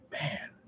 man